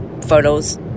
photos